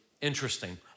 interesting